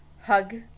hug